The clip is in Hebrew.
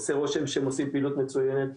עושה רושם שהם עושים פעילות מצוינת,